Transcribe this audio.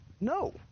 No